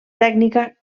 tècnica